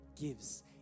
gives